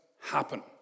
happen